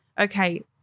Okay